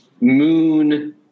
Moon